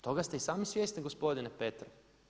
Toga ste i sami svjesni gospodine Petrov.